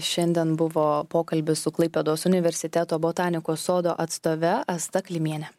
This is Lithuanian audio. šiandien buvo pokalbis su klaipėdos universiteto botanikos sodo atstove asta klimiene